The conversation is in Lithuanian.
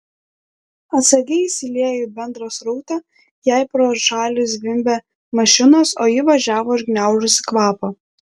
atsargiai įsiliejo į bendrą srautą jai pro šalį zvimbė mašinos o ji važiavo užgniaužusi kvapą